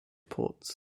ports